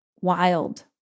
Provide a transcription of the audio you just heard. wild